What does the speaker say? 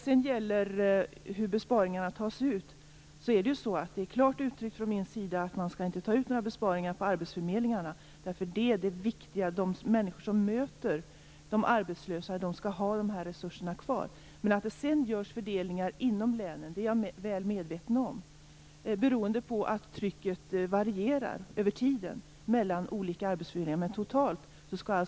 Jag har klart uttryckt att man inte skall ta ut några besparingar på arbetsförmedlingarna, eftersom det är viktigt att de människor som möter de arbetslösa skall ha dessa resurser kvar. Men att det sedan görs fördelningar inom länen, beroende på att trycket varierar över tiden mellan olika arbetsförmedlingar, är jag väl medveten om.